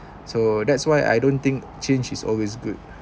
so that's why I don't think change is always good